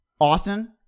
Austin